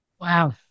Wow